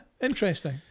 interesting